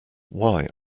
why